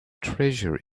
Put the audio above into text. treasure